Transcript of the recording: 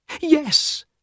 Yes